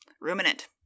Ruminant